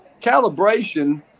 calibration